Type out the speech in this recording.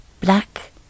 Black